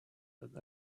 that